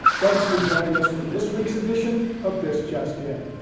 thanks for joining us for this week's edition of this just in.